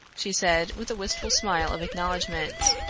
she said with a wistful smile of acknowledgment.